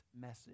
message